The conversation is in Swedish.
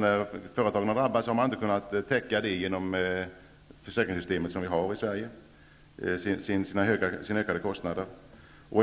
När företagen har drabbats har man inte kunnat täcka sina höjda kostnader genom det försäkringssystem som vi har i Sverige.